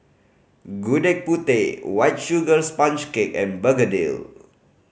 Gudeg Putih White Sugar Sponge Cake and begedil